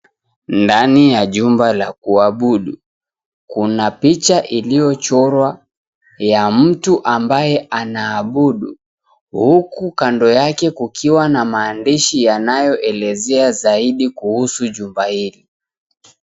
Ndani ya jumba la kuabudu ,kuna picha iliyochorwa ya mtu ambaye anaabudu, huku kando yake kukiwa na maandishi yanayoelezea zaidi kuhusu jumba hili.